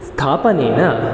स्थापनेन